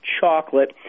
chocolate